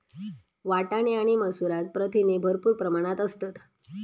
वाटाणे आणि मसूरात प्रथिने भरपूर प्रमाणात असतत